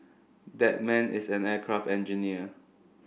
that man is an aircraft engineer